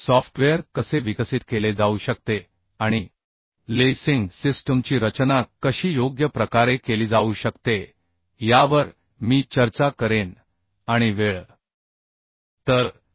software कसे विकसित केले जाऊ शकते आणि लेसिंग सिस्टमची रचना कशी योग्य प्रकारे केली जाऊ शकते यावर मी चर्चा करेन आणि वेळ मिळाल्यास आपण एका उदाहरणातून थोडक्यात पाहू